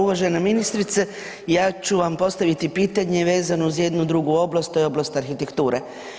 Uvažena ministrice, ja ću vam postaviti pitanje vezano uz jednu drugu oblast a to je oblast arhitekture.